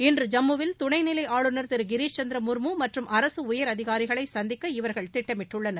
இன்று ஜம்முவில் துணைநிலை ஆளுநர் திரு கிரிஷ் சந்திரா முர்மு மற்றும் அரசு உயரதிகாரிகளை சந்திக்க இவர்கள் திட்டமிட்டுள்ளனர்